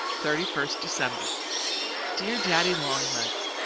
thirty first december dear daddy-long-legs,